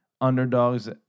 underdogs